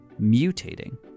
mutating